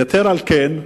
יתר על כן,